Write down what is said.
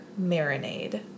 marinade